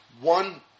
one